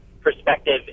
perspective